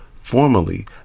formally